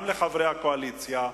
גם לחברי הקואליציה,